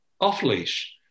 off-leash